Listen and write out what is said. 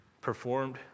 performed